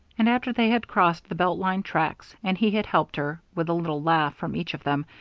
and after they had crossed the belt line tracks, and he had helped her, with a little laugh from each of them,